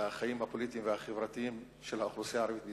בחיים הפוליטיים והחברתיים של האוכלוסייה הערבית בישראל,